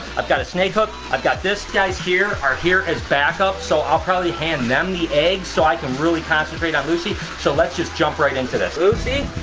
i've got a snake hook, i've got this. guys here, are here as backup so i'll probably hand them the eggs so i can really concentrate on lucy. so let's just jump right into this. lucy?